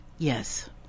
Yes